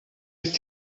ist